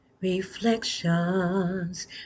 reflections